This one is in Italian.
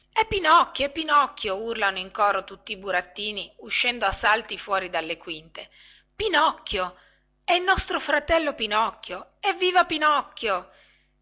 è pinocchio è pinocchio urlano in coro tutti i burattini uscendo a salti fuori delle quinte è pinocchio è il nostro fratello pinocchio evviva pinocchio